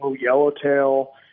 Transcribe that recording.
yellowtail